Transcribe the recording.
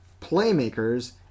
playmakers